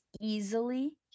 easily